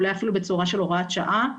אולי אפילו בצורה של הוראת שעה,